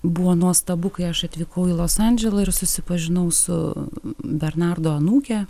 buvo nuostabu kai aš atvykau į los andželą ir susipažinau su bernardo anūke